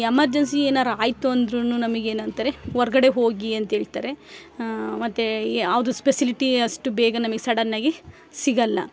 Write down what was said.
emergency ಏನಾರು ಆಯಿತು ಅಂದ್ರೂ ನಮಗೇನಂತಾರೆ ಹೊರ್ಗಡೆ ಹೋಗಿ ಅಂತೇಳ್ತಾರೆ ಮತ್ತು ಯಾವುದು ಸ್ಪೆಸಿಲಿಟಿ ಅಷ್ಟು ಬೇಗ ನಮಗ್ ಸಡನ್ನಾಗಿ ಸಿಗೊಲ್ಲ